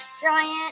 giant